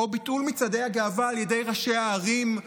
או ביטול מצעדי הגאווה על ידי ראשי הערים,